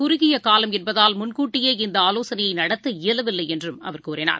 குறுகியகாலம் என்பதால் முன்கூட்டியே இந்தஆவோசனையைநடத்த இயலவில்லைஎன்றும் அவர் தெரிவித்தார்